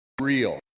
real